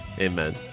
Amen